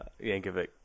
Yankovic